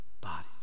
bodies